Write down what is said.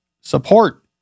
support